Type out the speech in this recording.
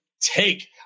Take